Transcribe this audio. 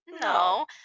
No